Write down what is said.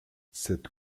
cette